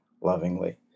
lovingly